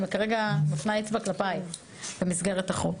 אני כרגע מאשימה אצבע כלפיי במסגרת החוק.